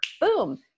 Boom